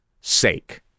sake